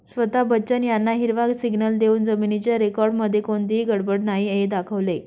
स्वता बच्चन यांना हिरवा सिग्नल देऊन जमिनीच्या रेकॉर्डमध्ये कोणतीही गडबड नाही हे दाखवले